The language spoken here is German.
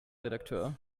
redakteur